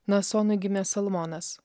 naasonui gimė salmonas